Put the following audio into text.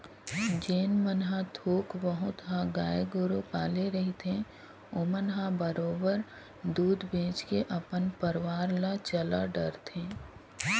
जेन मन ह थोक बहुत ह गाय गोरु पाले रहिथे ओमन ह बरोबर दूद बेंच के अपन परवार ल चला डरथे